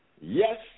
Yes